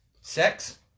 Sex